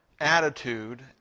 attitude